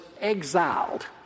exiled